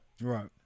right